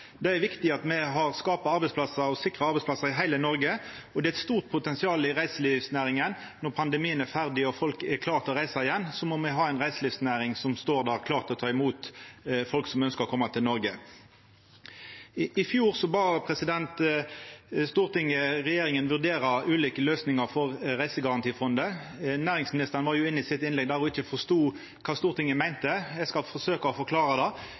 Det er viktig at me skapar arbeidsplassar og sikrar arbeidsplassar i heile Noreg, og det er eit stort potensial i reiselivsnæringa. Når pandemien er ferdig og folk er klare til å reisa igjen, må me ha ei reiselivsnæring som står klar til å ta imot folk som ønskjer å koma til Noreg. I fjor bad Stortinget regjeringa vurdera ulike løysingar for Reisegarantifondet. Næringsministeren var i sitt innlegg inne på at ho ikkje forstod kva Stortinget meinte. Eg skal forsøka å forklara det.